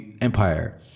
Empire